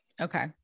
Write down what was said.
Okay